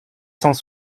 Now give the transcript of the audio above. cent